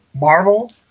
Marvel